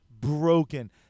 broken